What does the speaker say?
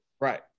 right